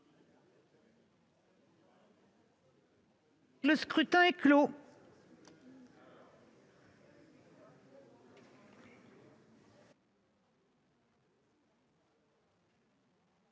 Le scrutin est clos.